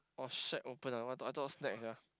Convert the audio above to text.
oh shack open ah I thought I thought snack sia